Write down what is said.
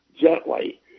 gently